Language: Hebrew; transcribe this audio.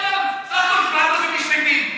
בסך הכול 8,000 איש מתים.